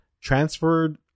transferred